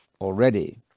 already